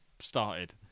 started